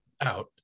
out